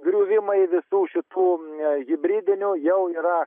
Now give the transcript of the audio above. griuvimai visų šitų hibridinių jau yra